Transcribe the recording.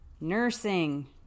nursing